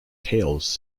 tales